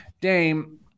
Dame